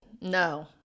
no